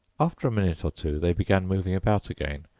after a minute or two, they began moving about again,